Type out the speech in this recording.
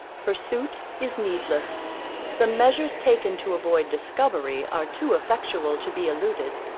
pursuit is needless the measures taken to avoid discovery are too effectual to be eluded.